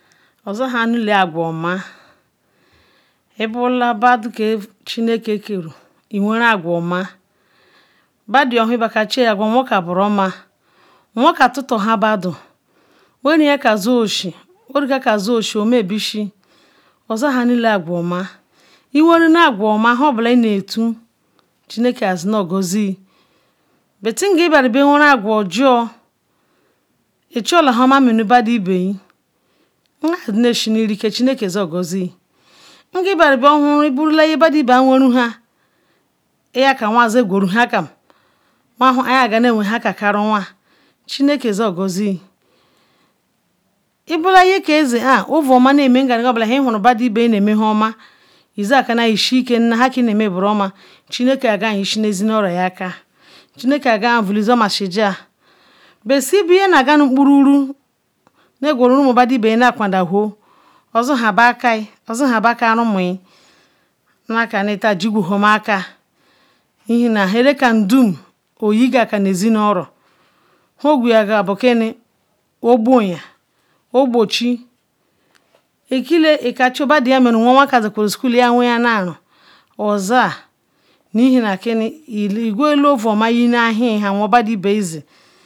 Ozi han nu lela aguoma ibula bado ke chineke ka ru iwenru aguma badu honna ba kai che akwe werinka mama werinka zonoshin worokaker zonoshin chineke yo gozil betsichola nuoma menu badu ibeye chineke su gozil iburula badu ke ihuna nhan badu ikai izen gural nu ihuru ayekam zen wene kari chineke zugozi ibula badu ke ovuoma na mei ihuna badu mei nhan ikanal yeishi ahan chineke yo gunzi ezinuoro ka bet si bol ye naga nu kporulu nakwan danhole badu ibeyin osu okunuzor ozi oka romuyin nnaka jigume aker ihinu ogweyagai ogbochi ogboyin ekila ikai nwon awinyin zenkuru schoolu owenyala aron osa igula ovoma ishinu ahin pal bodu ibeyin si